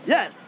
Yes